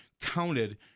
counted